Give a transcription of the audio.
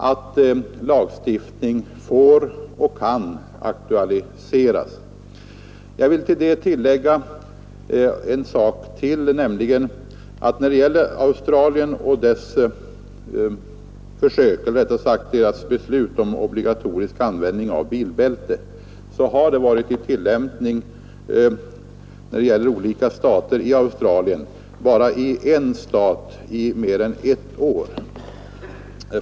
Detta har tidigare deklarerats av mig. Här vill jag tillägga ytterligare en sak. Australiens beslut att införa obligatorisk användning av bilbälte har hittills varit i tillämpning endast i en av landets delstater under mer än ett år.